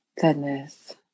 goodness